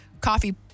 coffee